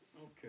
Okay